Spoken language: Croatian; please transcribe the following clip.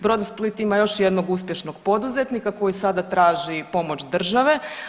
Brodosplit ima još jednog uspješnog poduzetnika koji sada traži pomoć države.